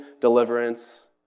deliverance